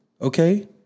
okay